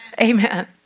Amen